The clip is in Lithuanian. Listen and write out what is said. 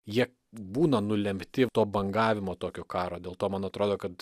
jie būna nulemti to bangavimo tokio karo dėl to man atrodo kad